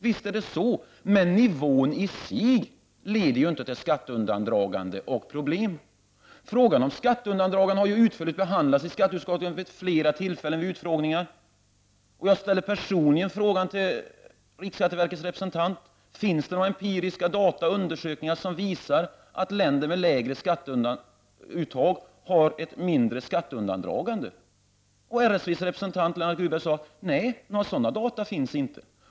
Visst är det så, men nivån i sig leder inte till skatteundandragande och problem. Frågan om skatteundandragande har utförligt behandlats av skatteutskot tet vid flera tillfällen med utskottsutfrågningar. Jag ställde personligen frågan till riksskatteverkets representant om det finns några empiriska dataundersökningar som visar att länder med lägre skatteuttag har ett mindre skatteundandragande. RSV:s representant Lennart Grufberg sade: Nej, några sådana data finns inte.